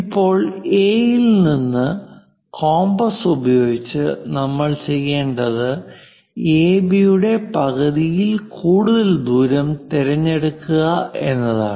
ഇപ്പോൾ എയിൽ നിന്നു കോമ്പസ് ഉപയോഗിച്ച് നമ്മൾ ചെയ്യേണ്ടത് എബിയുടെ പകുതിയിൽ കൂടുതൽ ദൂരം തിരഞ്ഞെടുക്കുക എന്നതാണ്